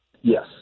Yes